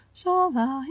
sola